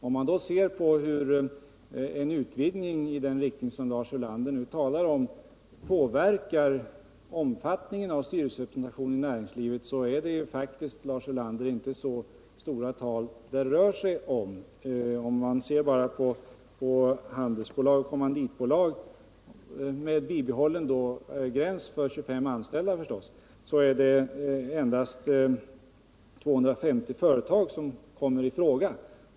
Om man ser på hur en utvidgning i den riktning Lars Ulander nu talar om påverkar omfattningen av styrelserepresentationen, finner man att det inte är så stora tal det rör sig om. För handelsbolag och kommanditbolag och med en bibehållen gräns på 25 anställda är det endast 250 företag som kommer i fråga.